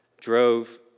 drove